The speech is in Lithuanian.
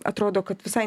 atrodo kad visai